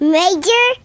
major